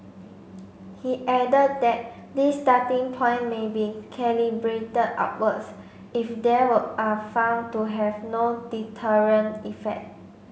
he added that this starting point may be calibrated upwards if they were are found to have no deterrent effect